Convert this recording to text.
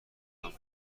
برای